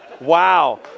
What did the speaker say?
Wow